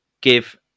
give